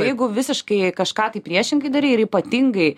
jeigu visiškai kažką tai priešingai darei ir ypatingai